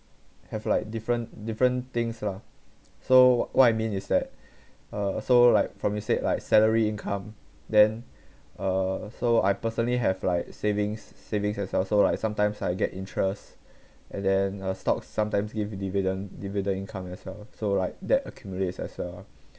have like different different things lah so what I mean is that uh so like from you said like salary income then uh so I personally have like savings savings as well so like sometimes I get interest and then stock sometimes give dividend dividend income as well so like that accumulates as well ah